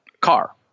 car